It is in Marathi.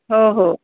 हो हो